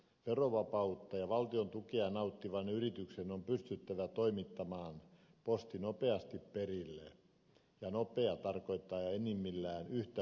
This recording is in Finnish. verovapautta ja valtion tukea nauttivan yrityksen on pystyttävä toimittamaan posti nopeasti perille ja nopea tarkoittaa enimmillään yhtä vuorokautta